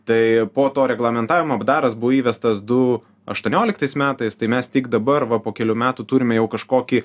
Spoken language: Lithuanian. tai po to reglamentavimo bdaras buvo įvestas du aštuonioliktais metais tai mes tik dabar va po kelių metų turime jau kažkokį